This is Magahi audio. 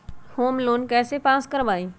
होम लोन कैसे पास कर बाबई?